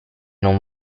non